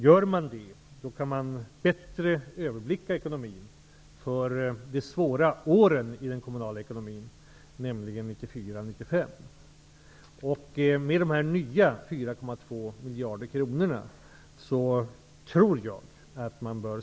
Gör man det kan man bättre överblicka ekonomin för de svåra åren i den kommunala ekonomin, nämligen 1994 och 1995.